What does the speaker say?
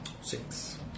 Six